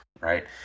Right